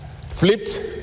flipped